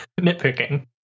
nitpicking